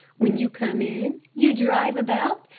when you come in, you drive about,